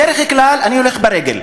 בדרך כלל אני הולך ברגל,